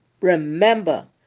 remember